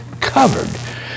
covered